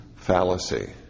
Fallacy